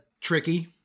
tricky